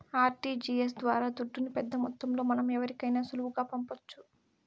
RTGS ద్వారా దుడ్డుని పెద్దమొత్తంలో మనం ఎవరికైనా సులువుగా పంపొచ్చు